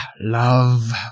love